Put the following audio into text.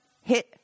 hit